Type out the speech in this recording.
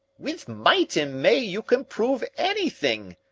with might and may you can prove anything,